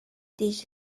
did